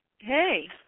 Hey